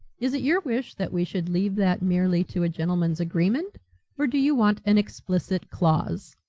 is it your wish that we should leave that merely to a gentlemen's agreement or do you want an explicit clause?